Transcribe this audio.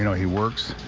you know he works,